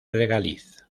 regaliz